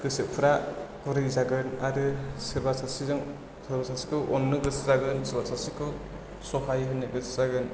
गोसोफ्रा गुरै जागोन आरो सोरबा सासेजों सोरबा सासेखौ अनो गोसो जागोन सोरबा सासेखौ सहाय होनो गोसो जागोन